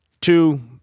two